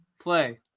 Play